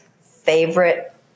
favorite